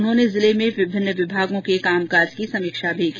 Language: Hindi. उन्होने जिले में विभिन्न विभागों के कामकाज की समीक्षा भी की